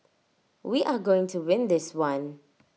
we are going to win this one